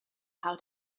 how